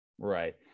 Right